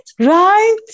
Right